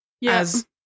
Yes